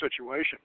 situation